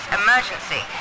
emergency